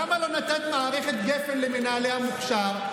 למה לא נתת מערכת גפ"ן למנהלי המוכש"ר?